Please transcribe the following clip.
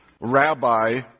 rabbi